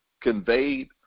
conveyed